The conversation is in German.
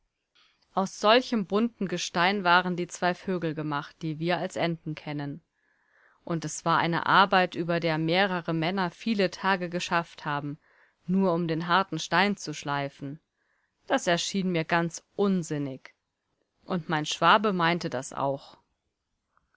aus solchem bunten gestein waren die zwei vögel gemacht die wir als enten kennen und es war eine arbeit über der mehrere männer viele tage geschafft haben nur um den harten stein zu schleifen das erschien mir ganz unsinnig und mein schwabe meinte das auch